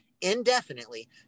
indefinitely